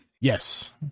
Yes